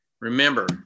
Remember